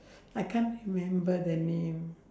I can't remember the name